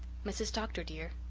mrs. dr. dear,